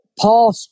Paul